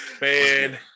Man